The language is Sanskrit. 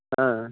ह